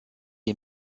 est